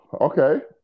Okay